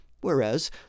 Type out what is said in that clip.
whereas